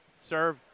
serve